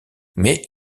mais